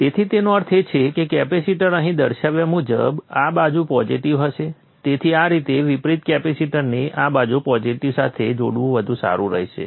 તેથી તેનો અર્થ એ છે કે કેપેસિટર અહીં દર્શાવ્યા મુજબ આ બાજુ પોઝિટિવ હશે તેથી આ રીતે વિપરીત કેપેસિટરને આ બાજુ પોઝિટિવ સાથે જોડવું વધુ સારું રહેશે